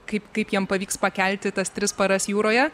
kaip kaip jiem pavyks pakelti tas tris paras jūroje